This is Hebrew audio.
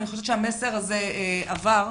אני חושבת שהמסר עבר.